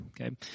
okay